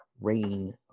rain